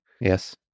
Yes